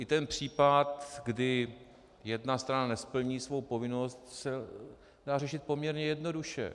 I ten případ, kdy jedna strana nesplní svou povinnost, se dá řešit poměrně jednoduše.